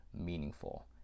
meaningful